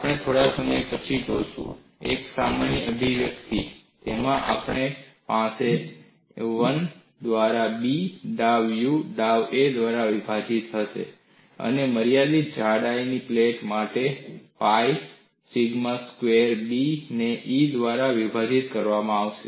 આપણે થોડા સમય પછી જોશું એક સામાન્ય અભિવ્યક્તિ તેમાં આપણી પાસે 1 દ્વારા B ડાઊU ડાઊa દ્વારા વિભાજીત હશે અને મર્યાદિત જાડાઈની પ્લેટ માટે આ Pi સિગ્મા સ્ક્વેર્ b ને E દ્વારા વિભાજીત કરવામાં આવશે